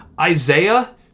Isaiah